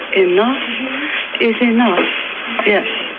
enough is enough, yeah